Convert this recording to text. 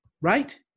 right